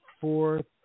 fourth